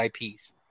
IPs